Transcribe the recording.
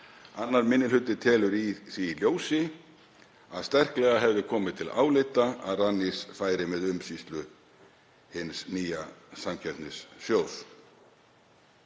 2. minni hluti telur í því ljósi að sterklega hefði komið til álita að Rannís færi með umsýslu hins nýja samkeppnissjóðs.